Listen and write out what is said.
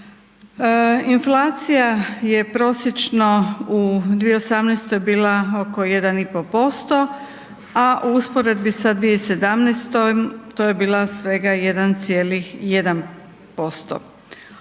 Inflacija je prosječno u 2018.-oj bila oko 1,5%, a u usporedbi sa 2017.-om to je bila svega 1,1%.